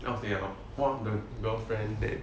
and one of the girlfriend there